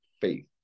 Faith